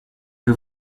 que